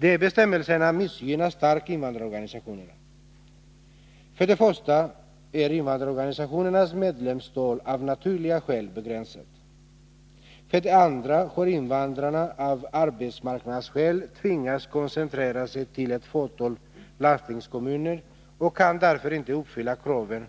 De bestämmelserna missgynnar starkt invandrarorganisationerna. För det första är invandrarorganisationernas medlemstal av naturliga skäl begränsat. För det andra har invandrarna av arbetsmarknadsskäl tvingats koncentrera sig till ett fåtal landstingskommuner och kan därför inte uppfylla kravet